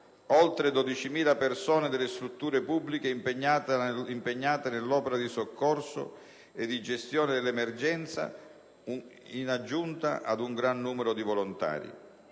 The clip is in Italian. oltre 12.000 persone delle strutture pubbliche impegnate nell'opera di soccorso e di gestione dell'emergenza, in aggiunta ad un gran numero di volontari.